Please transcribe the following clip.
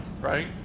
right